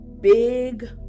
Big